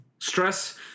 Stress